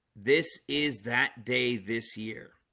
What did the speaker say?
this is that day this year